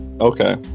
Okay